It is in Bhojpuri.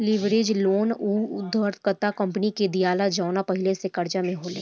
लीवरेज लोन उ उधारकर्ता कंपनी के दीआला जवन पहिले से कर्जा में होले